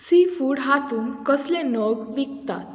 sea food हातूंत कसले नग विकतात